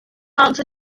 answer